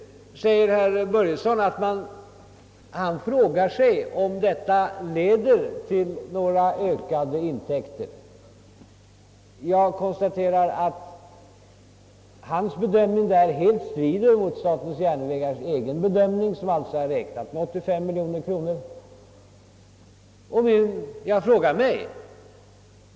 Herr Börjesson i Falköping frågar nu, om detta leder till några ökade intäkter. Jag konstaterar att hans bedömning därvidlag helt strider mot SJ:s egen bedömning, som alltså innebar ökade intäkter på 85 miljoner kronor.